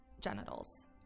genitals